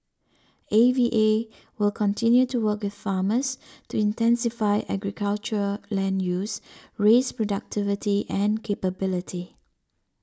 A V A will continue to work with farmers to intensify agriculture land use raise productivity and capability